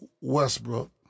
Westbrook